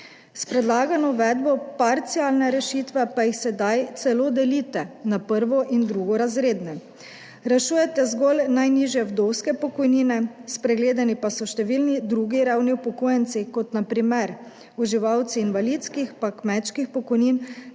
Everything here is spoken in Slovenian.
S predlagano uvedbo parcialne rešitve pa jih sedaj celo delite na prvo- in drugorazredne. Rešujete zgolj najnižje vdovske pokojnine, spregledani pa so številni drugi revni upokojenci, kot so na primer uživalci invalidskih in kmečkih pokojnin,